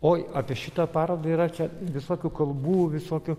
oi apie šitą parodą yra čia visokių kalbų visokių